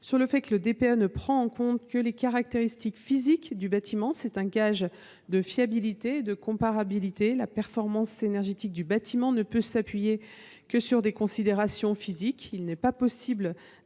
sur le fait que le DPE ne tient compte que des caractéristiques physiques du bâtiment, ce qui est un gage de fiabilité et de comparabilité. La performance énergétique du bâtiment ne peut reposer que sur des considérations physiques. Il n’est pas possible d’inclure